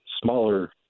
smaller